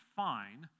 fine